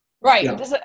Right